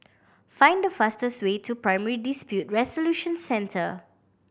find the fastest way to Primary Dispute Resolution Centre